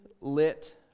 lit